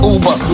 Uber